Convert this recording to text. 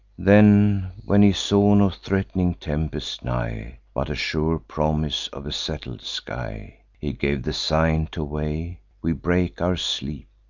then, when he saw no threat'ning tempest nigh, but a sure promise of a settled sky, he gave the sign to weigh we break our sleep,